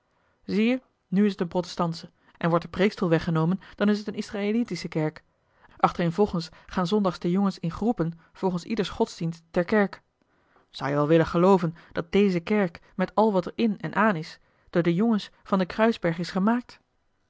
zie je nu is het een protestantsche en wordt de preekstoel weggenomen dan is het een israëlietische kerk achtereenvolgens gaan zondags de jongens in groepen volgens ieders godsdienst ter kerk zou je wel willen gelooven dat deze kerk met al wat er in en aan is door de jongens van den kruisberg is gemaakt